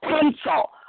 pencil